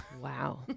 Wow